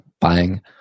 buying